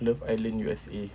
love island U_S_A